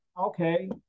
okay